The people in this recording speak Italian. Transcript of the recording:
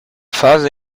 fase